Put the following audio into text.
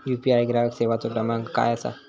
UPI ग्राहक सेवेचो क्रमांक काय असा?